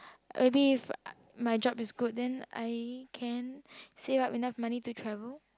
maybe if my job is good then I can save up enough money to travel